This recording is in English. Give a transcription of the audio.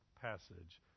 passage